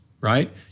right